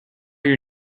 your